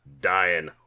dying